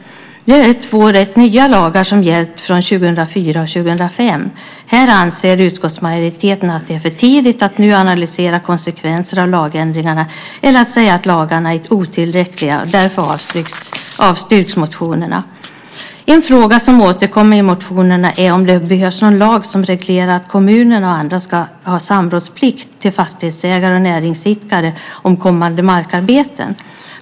Det är två rätt nya lagar som har gällt från 2004 och 2005. Här anser utskottsmajoriteten att det är för tidigt att nu analysera konsekvenserna av lagändringarna eller att säga att lagarna är otillräckliga. Därför avstyrks motionerna. En fråga som återkommer i motionerna är om det behövs någon lag som reglerar att kommuner och andra ska ha en plikt att samråda med fastighetsägare och näringsidkare om kommande markarbeten.